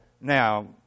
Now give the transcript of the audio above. Now